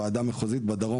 ועדה מחוזית בדרום,